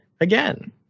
again